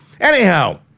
Anyhow